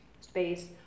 space